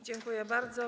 Dziękuję bardzo.